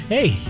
Hey